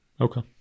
Okay